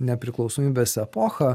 nepriklausomybės epochą